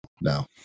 No